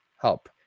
help